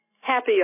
Happy